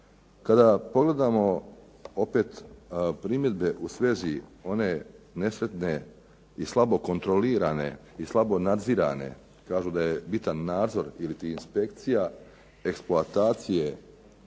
kada pogledamo opet primjedbe u svezi one nesretne i slabo kontrolirane i slabo nadzirane, kažu da je bitan nadzor iliti inspekcija eksploatacije